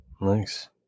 Nice